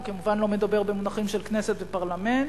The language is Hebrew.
הוא כמובן לא מדבר במונחים של כנסת ופרלמנט,